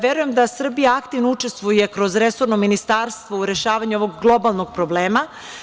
Verujem da Srbija aktivno učestvuje kroz resorno ministarstvo u rešavanju ovog globalnog problema.